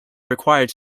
required